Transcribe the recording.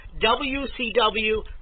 WCW